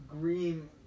green